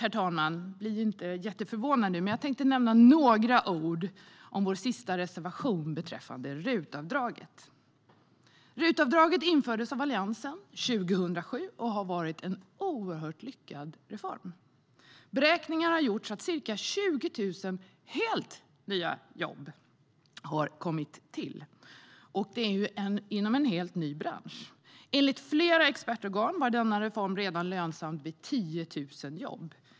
Till sist - bli inte jätteförvånade - tänkte jag nämna några ord om vår sista reservation beträffande RUT-avdraget. RUT-avdraget infördes av Alliansen 2007 och har varit en oerhört lyckad reform. Beräkningar visar att ca 20 000 helt nya jobb har kommit till inom en helt ny bransch. Enligt flera expertorgan var reformen lönsam redan vid 10 000 jobb.